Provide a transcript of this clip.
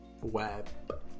web